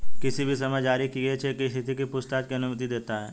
किसी भी समय जारी किए चेक की स्थिति की पूछताछ की अनुमति देता है